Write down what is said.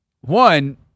One